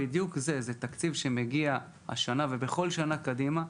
זה בדיוק זה: זה תקציב שמגיע השנה ובכל שנה קדימה,